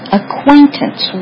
acquaintance